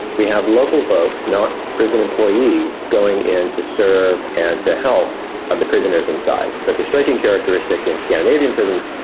we have a local folks, not prison employees, going in to serve and to help ah the prisoners inside. that's a striking characteristic in scandinavian prisons,